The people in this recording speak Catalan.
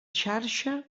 xarxa